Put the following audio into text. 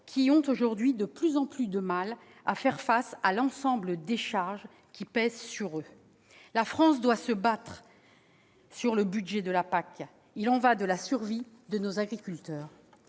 qui ont aujourd'hui de plus en plus de mal à faire face à l'ensemble des charges qui pèsent sur eux. La France doit se battre pour le budget de la PAC ; il y va de la survie de nos agriculteurs